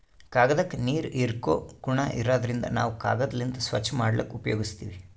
ಕಾಗ್ದಾಕ್ಕ ನೀರ್ ಹೀರ್ಕೋ ಗುಣಾ ಇರಾದ್ರಿನ್ದ ನಾವ್ ಕಾಗದ್ಲಿಂತ್ ಸ್ವಚ್ಚ್ ಮಾಡ್ಲಕ್ನು ಉಪಯೋಗಸ್ತೀವ್